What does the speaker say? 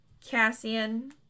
Cassian